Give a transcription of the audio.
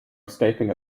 escaping